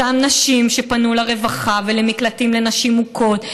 אותן נשים שפנו לרווחה ולמקלטים לנשים מוכות,